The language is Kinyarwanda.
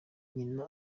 nyina